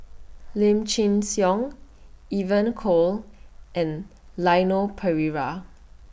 Lim Chin Siong Evon Kow and Leon Perera